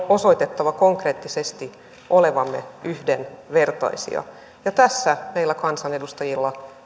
osoitettava konkreettisesti olevamme yhdenvertaisia ja tässä meillä kansanedustajilla